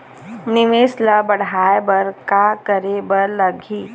निवेश ला बड़हाए बर का करे बर लगही?